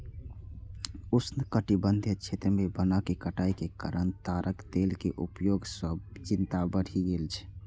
उष्णकटिबंधीय क्षेत्र मे वनक कटाइ के कारण ताड़क तेल के उपयोग सं चिंता बढ़ि गेल छै